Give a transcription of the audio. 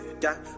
Got